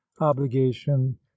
obligation